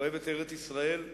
אוהבת ארץ-ישראל,